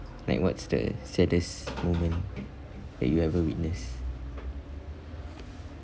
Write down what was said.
like what's the saddest moment that you ever witnessed